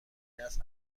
دست